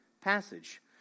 passage